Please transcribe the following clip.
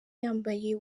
yambaye